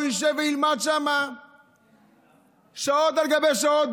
הוא ישב וילמד שם שעות על גבי שעות.